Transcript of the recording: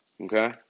Okay